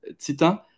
titan